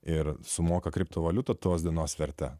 ir sumoka kriptovaliuta tos dienos verte